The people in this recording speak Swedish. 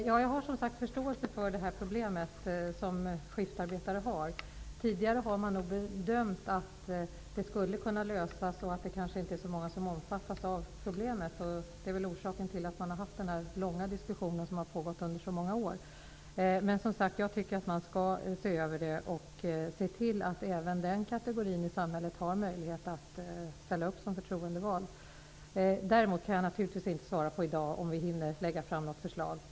Fru talman! Jag har förståelse för de problem som skiftarbetare har. Tidigare har man gjort bedömningen att de skulle kunna lösas och att det kanske inte är så många som omfattas av problemen. Det är orsaken till att diskussionen pågått under så många år. Jag anser att man bör se över detta och se till att personer även från denna kategori i samhället har möjlighet att ställa upp som förtroendevalda. Däremot kan jag i dag givetvis inte svara på om regeringen hinner lägga fram något förslag.